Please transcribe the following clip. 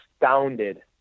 astounded